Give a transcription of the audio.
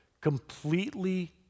completely